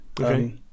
okay